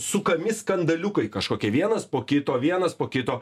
sukami skandaliukai kažkokie vienas po kito vienas po kito